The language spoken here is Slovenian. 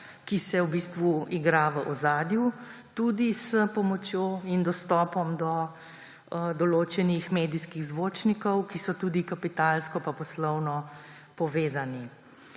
ki se v bistvu igra v ozadju, tudi s pomočjo in dostopom do določenih medijskih zvočnikov, ki so kapitalsko pa poslovno povezani.